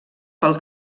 pel